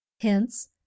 hence